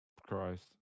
Christ